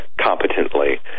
competently